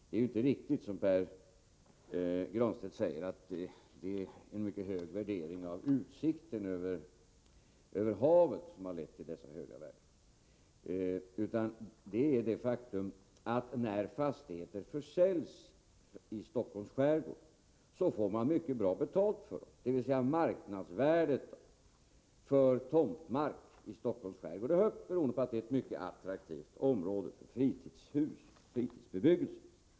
Det är inte riktigt, som Pär Granstedt säger, att det är en mycket hög värdering av utsikten över havet som har lett till fastigheternas höga värden, utan det är det faktum att man får synnerligen bra betalt när fastigheter i Stockholms skärgård försäljs. Marknadsvärdet för tomtmark i Stockholms skärgård är högt, beroende på att det är ett mycket attraktivt område för fritidsbebyggelse.